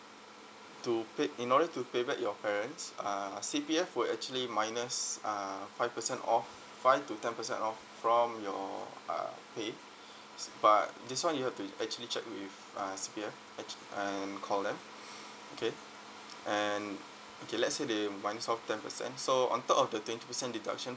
to pay in order to pay back your parents uh C_P_F will actually minus uh five percent off five to ten percent off from your uh pay but this one you have to actually check with uh C_P_F ach~ and call them okay and okay let's say they minus off ten percent so on top of the twenty percent deduction